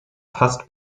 fast